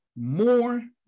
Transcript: more